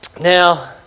Now